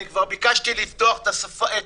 כבר ביקשתי כבר לפתוח את הצימרים